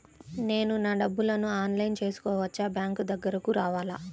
నేను నా డబ్బులను ఆన్లైన్లో చేసుకోవచ్చా? బ్యాంక్ దగ్గరకు రావాలా?